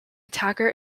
attacker